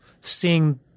seeing